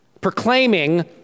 Proclaiming